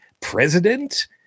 president